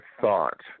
thought